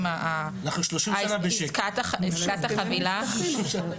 עסקת החבילה,